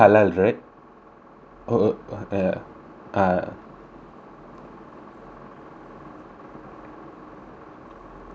oh uh ah